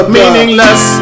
meaningless